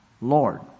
lord